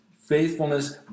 faithfulness